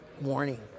warning